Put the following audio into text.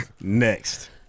Next